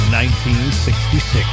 1966